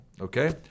Okay